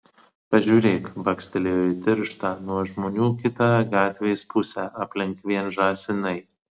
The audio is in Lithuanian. pažiūrėk bakstelėjo į tirštą nuo žmonių kitą gatvės pusę aplink vien žąsinai